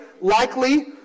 likely